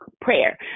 prayer